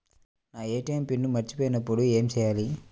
నా ATM PIN మరచిపోయినప్పుడు ఏమి చేయాలి?